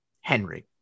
Henry